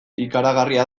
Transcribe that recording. ikaragarria